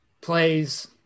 plays